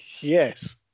Yes